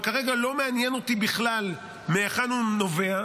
וכרגע לא מעניין אותי בכלל מהיכן הוא נובע,